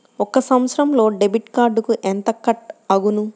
ఒక సంవత్సరంలో డెబిట్ కార్డుకు ఎంత కట్ అగును?